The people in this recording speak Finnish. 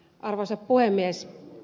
arvoisa puhemies